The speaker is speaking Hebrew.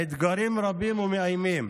האתגרים רבים ומאיימים,